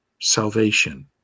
salvation